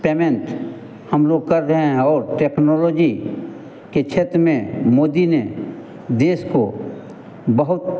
payment हम लोग कर रहे हैं और टेक्नोलॉजी के क्षेत्र में मोदी ने देश को बहुत